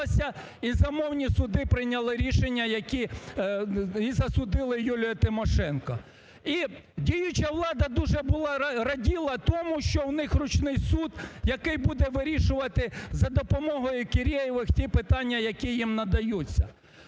і замовні суди прийняли рішення, які і засудили Юлію Тимошенко. І діюча влада дуже раділа тому, що у них ручний суд, який буде вирішувати за допомогою Кірєєва ті питання, які їм надаються.